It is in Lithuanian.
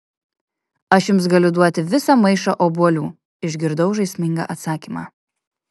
aš jums galiu duoti visą maišą obuolių išgirdau žaismingą atsakymą